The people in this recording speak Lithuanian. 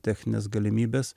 technines galimybes